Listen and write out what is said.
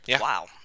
wow